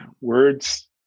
Words